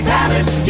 Palace